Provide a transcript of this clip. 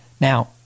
Now